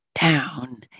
down